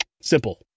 Simple